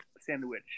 sandwich